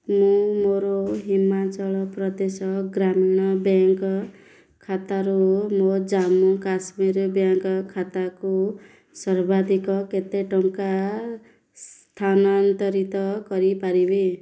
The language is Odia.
ମୁଁ ମୋର ହିମାଚଳ ପ୍ରଦେଶ ଗ୍ରାମୀଣ ବ୍ୟାଙ୍କ୍ ଖାତାରୁ ମୋ ଜାମ୍ମୁ କାଶ୍ମୀର ବ୍ୟାଙ୍କ୍ ଖାତାକୁ ସର୍ବାଧିକ କେତେ ଟଙ୍କା ସ୍ଥାନାନ୍ତରିତ କରିପାରିବି